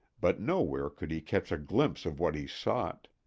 but nowhere could he catch a glimpse of what he sought.